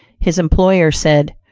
his employer said,